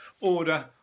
order